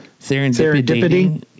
serendipity